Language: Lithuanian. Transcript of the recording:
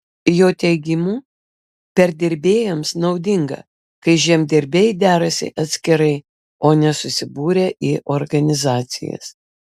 jo teigimu perdirbėjams naudinga kai žemdirbiai derasi atskirai o ne susibūrę į organizacijas